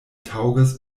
taŭgas